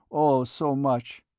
oh! so much.